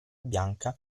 bianca